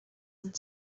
and